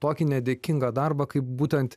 tokį nedėkingą darbą kaip būtent